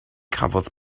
cafodd